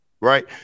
Right